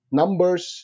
numbers